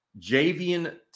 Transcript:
Javian